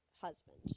husband